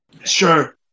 Sure